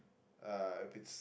uh if it's